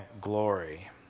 glory